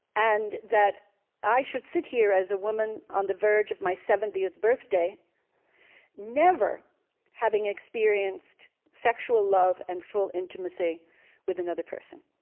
and that i should sit here as a woman on the verge of my seventieth birthday never having experienced sexual love and full intimacy with another person